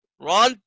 Ron